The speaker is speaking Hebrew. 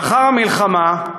לאחר המלחמה,